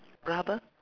rubber